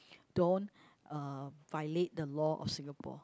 don't uh violate the law of Singapore